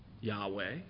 Yahweh